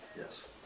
Yes